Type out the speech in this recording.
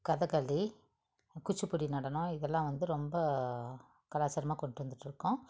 கதகளி குச்சிப்புடி நடனம் இதெல்லாம் வந்து ரொம்ப கலாச்சாரமாக கொண்டு வந்துகிட்ருக்கோம்